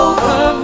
Over